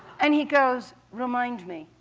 and he goes, remind me.